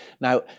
Now